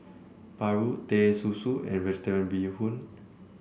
paru Teh Susu and vegetarian Bee Hoon